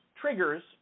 triggers